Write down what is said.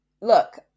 look